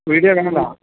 video എങ്ങനെ ഉള്ളതാണ്